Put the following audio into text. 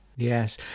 Yes